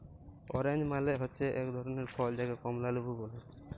orange মালে হচ্যে এক ধরলের ফল যাকে কমলা লেবু ব্যলে